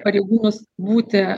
pareigūnus būti